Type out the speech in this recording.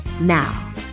Now